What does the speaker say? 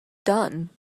done